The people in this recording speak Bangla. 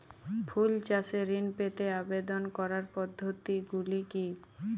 ফুল চাষে ঋণ পেতে আবেদন করার পদ্ধতিগুলি কী?